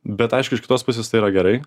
bet aišku iš kitos pusės tai yra gerai